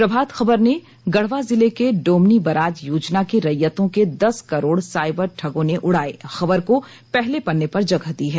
प्रभात खबर ने गढ़वा जिले के डोमनी बराज योजना के रैयतों के दस करोड़ साइबर ठगों ने उड़ाये खबर को पहले पन्ने पर जगह दी है